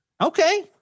okay